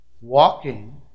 walking